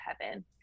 heaven